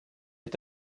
est